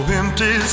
empty